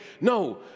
No